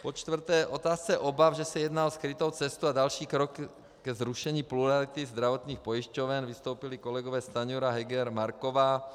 Za čtvrté, k otázce obav, že se jedná o skrytou cestu a další krok ke zrušení plurality zdravotních pojišťoven, vystoupili kolegové Stanjura, Heger, Marková.